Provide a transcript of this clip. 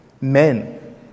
men